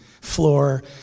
floor